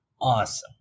awesome